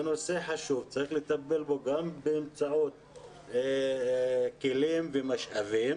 זה נושא חשוב וצריך לטפל בו גם באמצעות כלים ומשאבים